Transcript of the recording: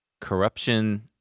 corruption